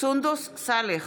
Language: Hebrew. סונדוס סאלח,